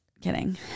Kidding